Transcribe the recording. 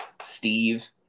steve